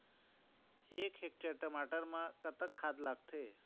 एक हेक्टेयर टमाटर म कतक खाद लागथे?